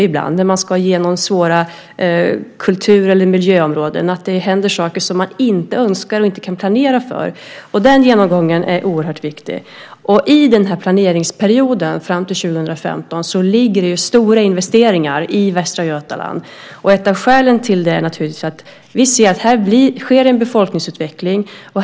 Ibland när man ska gå igenom svåra kultur eller miljöområden kan det hända saker som man inte önskar och inte kan planera för. Den genomgången är oerhört viktig. I den här planeringsperioden fram till 2015 ligger det stora investeringar i Västra Götaland. Ett av skälen till det är att vi ser att det sker en befolkningsutveckling.